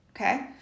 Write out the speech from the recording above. Okay